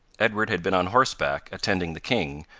edward had been on horseback, attending the king,